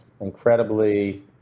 incredibly